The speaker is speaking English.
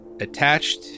attached